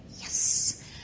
yes